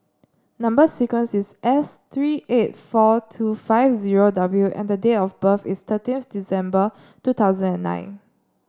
number sequence is S three eight four two five zero W and date of birth is thirteenth December two thousand and nine